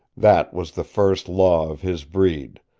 that was the first law of his breed,